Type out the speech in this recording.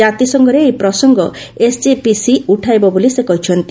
ଜାତିସଂଘରେ ଏହି ପ୍ରସଙ୍ଗ ଏସ୍ଜିପିସି ଉଠାଇବ ବୋଲି ସେ କହିଛନ୍ତି